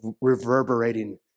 reverberating